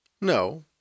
No